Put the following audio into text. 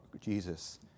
Jesus